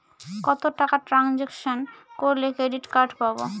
কত টাকা ট্রানজেকশন করলে ক্রেডিট কার্ড পাবো?